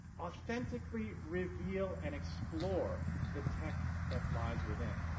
authentically reveal and explore the tech that lies within,